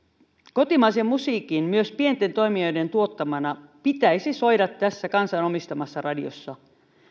kotimaisen musiikin myös pienten toimijoiden tuottamana pitäisi soida tässä kansan omistamassa radiossa